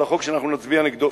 על החוק שאנחנו נצביע נגדו,